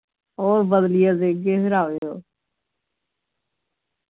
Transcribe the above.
ओह् बदलियै देगे फिर आवेओ